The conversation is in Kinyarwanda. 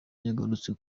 yagarutse